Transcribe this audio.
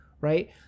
right